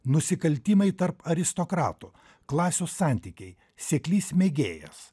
nusikaltimai tarp aristokratų klasių santykiai seklys mėgėjas